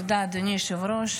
תודה, אדוני היושב-ראש.